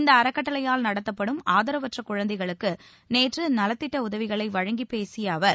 இந்த அறக்கட்டளையால் நடத்தப்படும் ஆதரவற்ற குழந்தைகளுக்கு நேற்று நலத்திட்ட உதவிகளை வழங்கிப் பேசிய அவர்